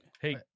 Hey